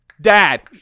Dad